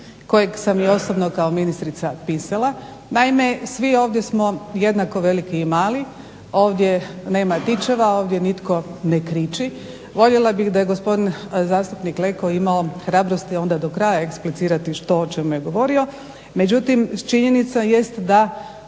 kojeg sam i osobno kao ministrica pisala. Naime, svi ovdje smo jednako veliki i mali, ovdje nema tičeva, ovdje nitko ne kriči. Voljela bih da je gospodin zastupnik Leko imao hrabrosti onda do kraja eksplicirati što, o čemu je govorio. Međutim, činjenica jest da